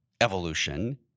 evolution